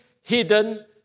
hidden